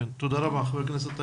תודה רבה חבר הכנסת טייב.